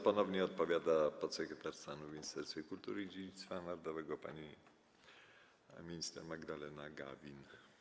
Ponownie odpowiada podsekretarz stanu w Ministerstwie Kultury i Dziedzictwa Narodowego pani minister Magdalena Gawin.